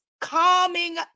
Calming